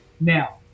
Now